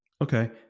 Okay